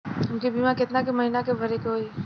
हमके बीमा केतना के महीना भरे के होई?